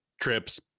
trips